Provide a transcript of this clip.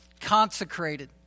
consecrated